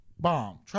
Bomb